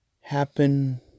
happen